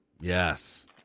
yes